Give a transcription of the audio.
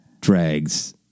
drags